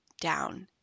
down